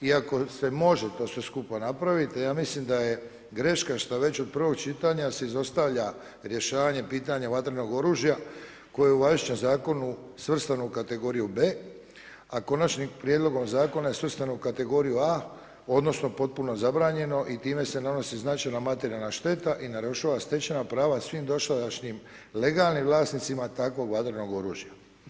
Iako se može to sve skupa napraviti, ja mislim da je greška što već od prvog čitanja se izostavlja rješavanje pitanje vatrenog oružja koji je u važećem Zakonu svrstan u kategoriju B, a Konačnim prijedlogom zakona je svrstan u kategoriju A odnosno potpuno zabranjeno i time se nanosi značajna materijalna šteta i narušava stečena prava svim dosadašnjim legalnim vlasnicima takvog vatrenog oružja.